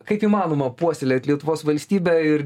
kaip įmanoma puoselėt lietuvos valstybę ir